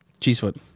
Cheesefoot